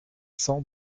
cents